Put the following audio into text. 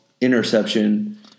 interception